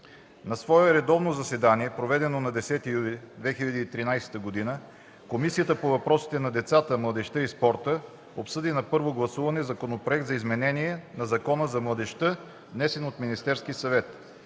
На свое редовно заседание, проведено на 10 юли 2013 г., Комисията по въпросите на децата, младежта и спорта, обсъди на първо гласуване законопроект за изменение на Закона за младежта, внесен от Министерския съвет